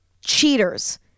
cheaters